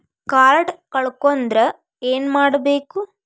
Card ಕಳ್ಕೊಂಡ್ರ ಏನ್ ಮಾಡಬೇಕು?